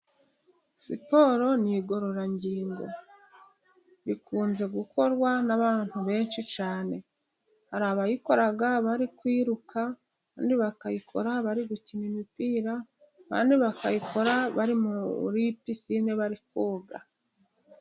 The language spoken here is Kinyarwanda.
Siporo ni igororangingo bikunze gukorwa n'abantu benshi cyane, hari abayikora bari kwiruka, abandi bakayikora bari gukina imipira, abandi bakayikora bari muri picine bari koga.